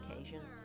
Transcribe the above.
occasions